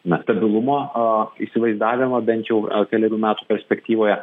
na stabilumo o įsivaizdavimą bent jau kelerių metų perspektyvoje